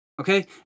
Okay